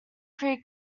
pre